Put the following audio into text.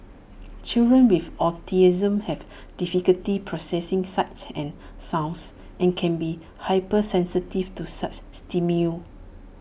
children with autism have difficulty processing sights and sounds and can be hypersensitive to such